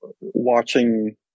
watching